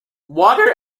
water